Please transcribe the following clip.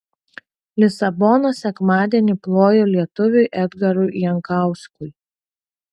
lisabona sekmadienį plojo lietuviui edgarui jankauskui